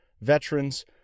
veterans